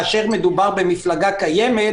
כאשר מדובר במפלגה קיימת,